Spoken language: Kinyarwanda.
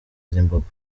zimbabwe